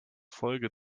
folge